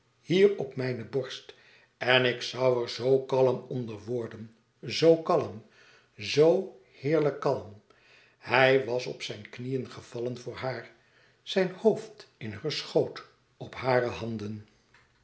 hier op mijne borst en ik zoû er zoo kalm onder worden zoo kalm zoo heerlijk kalm hij was op zijn knie gevallen voor haar zijn hoofd in heur schoot op hare handen